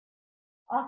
ಪ್ರತಾಪ್ ಹರಿಡೋಸ್ ಸರಿ